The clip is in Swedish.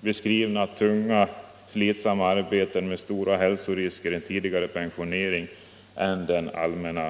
beskrivna tunga och slitsamma arbeten med stora hälsorisker en lägre pensionsålder än den allmänna.